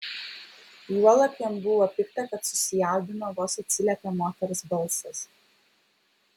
juolab jam buvo pikta kad susijaudino vos atsiliepė moters balsas